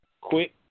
quick